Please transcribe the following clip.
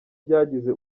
byagize